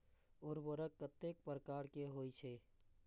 उर्वरक कतेक प्रकार के होई छै?